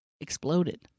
exploded